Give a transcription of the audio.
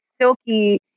Silky